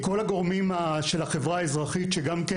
כל הגורמים של החברה האזרחית שגם כן